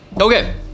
Okay